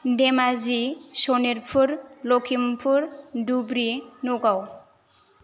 Dhemaji Sonitpur Lakhimpur Dhubri Nagaon